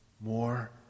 more